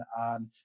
on